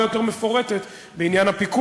ולכן ניתנה תשובה הרבה יותר מפורטת בעניין הפיקוח,